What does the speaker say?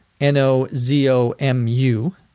N-O-Z-O-M-U